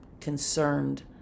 concerned